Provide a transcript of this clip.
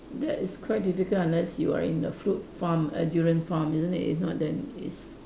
that is quite difficult unless you are in a fruit farm a durian farm isn't it if not then it's